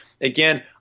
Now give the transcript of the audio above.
again